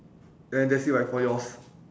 and that's it right for yours